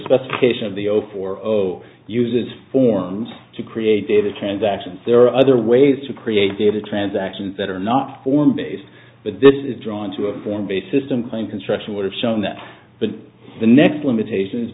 specification of the zero four zero uses forms to create data transactions there are other ways to create data transactions that are not form based but this is drawn to a form based system claim construction would have shown that but the next limitations